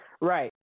Right